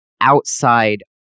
outside